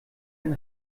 ein